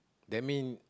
that mean